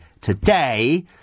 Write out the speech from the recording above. Today